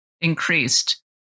increased